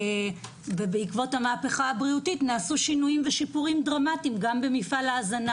בעקבות המהפכה הבריאותית נעשו שיפורים דרמטיים גם במפעל ההזנה,